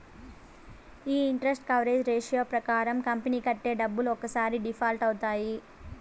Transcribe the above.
ఈ interest coverage ratio ప్రకారం company కట్టే డబ్బులు ఒక్కసారి డిఫాల్ట్ అవుతాయి